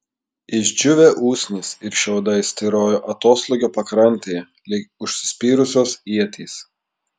išdžiūvę usnys ir šiaudai styrojo atoslūgio pakrantėje lyg užsispyrusios ietys